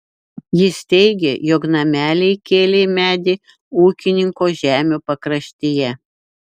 jis teigė jog namelį įkėlė į medį ūkininko žemių pakraštyje